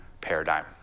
paradigm